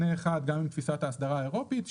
חוק הבזק,